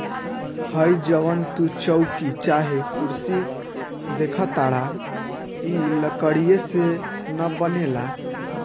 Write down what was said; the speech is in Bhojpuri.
हइ जवन तू चउकी चाहे कुर्सी देखताड़ऽ इ लकड़ीये से न बनेला